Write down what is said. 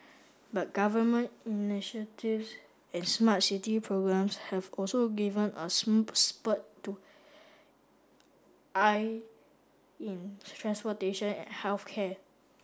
but government initiatives and smart city programs have also given a spurt to I in transportation and health care